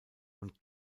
und